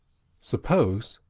suppose,